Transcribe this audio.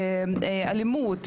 אלימות,